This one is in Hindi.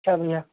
अच्छा भैया